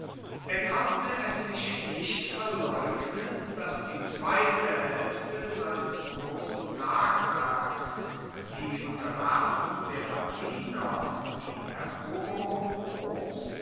er konnte es sich nicht verleugnen dass die zweite haelfte seines grossen tagwerks die unterwerfung der latiner und die eroberung roms